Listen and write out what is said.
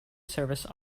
service